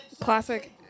Classic